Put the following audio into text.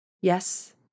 Yes